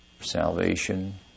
salvation